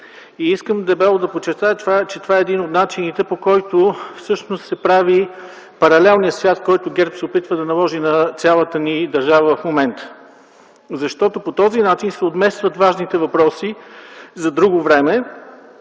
Искам дебело да подчертая, че това е един от начините, по който всъщност се прави паралелният свят, който ГЕРБ се опитва да наложи на цялата ни държава в момента, защото по този начин се отместват важните въпроси за друго време.